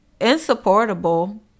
insupportable